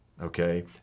okay